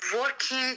working